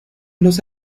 los